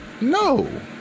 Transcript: No